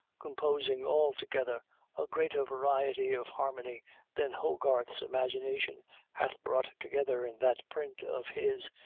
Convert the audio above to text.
composing altogether a greater variety of harmony than hogarth's imagination hath brought together in that print of his,